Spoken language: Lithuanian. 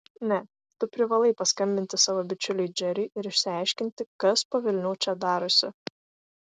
ne tu privalai paskambinti savo bičiuliui džeriui ir išsiaiškinti kas po velnių čia darosi